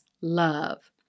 love